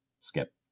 skip